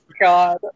God